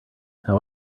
how